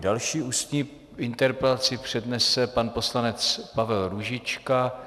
Další ústní interpelaci přednese pan poslanec Pavel Růžička.